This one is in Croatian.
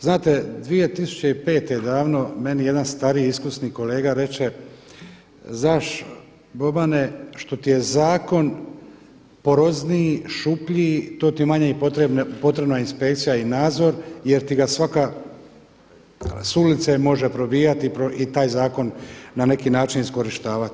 Znate, 2005. davno meni jedan stariji iskusni kolega reče, znaš Bobane što ti je zakon porozniji, šupljiji to ti je manje potrebna inspekcija i nadzor jer ga svako s ulice može probijati i taj zakon na neki način iskorištavati.